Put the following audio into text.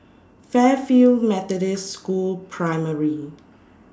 Fairfield Methodist School Primary